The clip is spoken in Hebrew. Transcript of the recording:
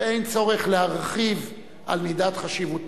שאין צורך להרחיב על מידת חשיבותו.